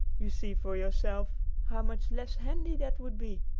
you see for yourself how much less handy that would be!